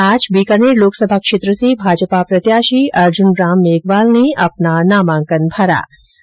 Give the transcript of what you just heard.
आज बीकानेर लोकसभा क्षेत्र से भाजपा प्रत्याशी अर्जुनराम मेघवाल ने अपना नामांकन दाखिल किया